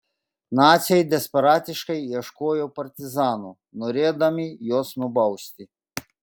naciai desperatiškai ieškojo partizanų norėdami juos nubausti